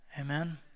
amen